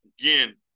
Again